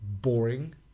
boring